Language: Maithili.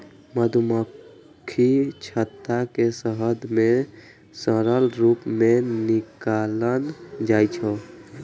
मधुमाछीक छत्ता सं शहद कें तरल रूप मे निकालल जाइ छै